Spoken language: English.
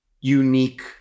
unique